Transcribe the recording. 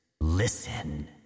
listen